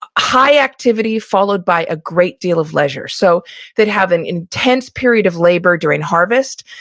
high activity followed by a great deal of leisure. so they'd have an intense period of labor during harvest,